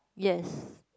yes